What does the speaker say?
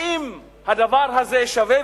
האם הדבר הזה שווה?